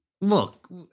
Look